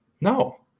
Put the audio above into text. No